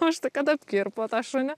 už ta kad apkirpo tą šunį